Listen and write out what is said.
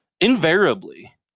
Invariably